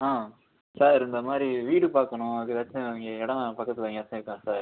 ஆ sir இந்தமாதிரி வீடு பார்க்கணும் அதுக்கு ஏதாச்சும் இங்கே இடம் பக்கத்தில் எங்கேயாச்சும் இருக்கா சார்